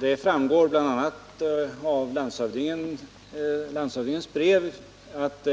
Det framgår bl.a. av landshövdingens brev att